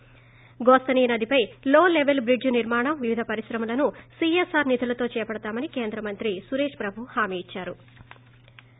ి గోస్తని నదిపై లో లెపెల్ బ్రిడ్జి నిర్మాణం వివిధ పరిశ్రమలను సీఎస్ఆర్ నిధులతో చేపడతామని కేంద్రమంత్రి సురేష్ ప్రభు హామీ ఇచ్చారు